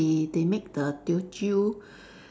they they make the Teochew